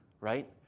right